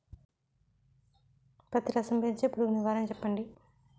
పత్తి రసం పీల్చే పురుగు నివారణ చెప్పండి?